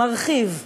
מרחיב,